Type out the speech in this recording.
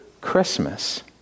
Christmas